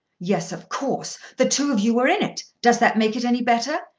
yes of course. the two of you were in it. does that make it any better?